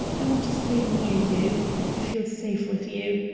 i want to stay near you. i feel safe with you.